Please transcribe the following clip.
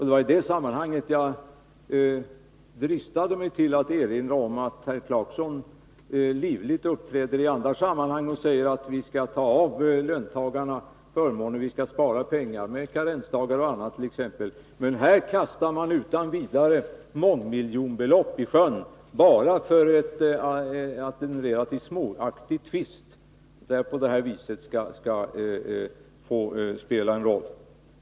Det var i det sammanhanget jag dristade mig till att erinra om att herr Clarkson livligt uppträder i andra sammanhang och säger att vi skall ta av löntagarnas förmåner, att vi skall spara pengar — med karensdagar och annat. Men här kastar man alltså utan vidare mångmiljonbelopp i sjön, genom att låta en relativt småaktig tvist spela en stor roll.